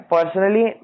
Personally